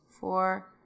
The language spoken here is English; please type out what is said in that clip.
four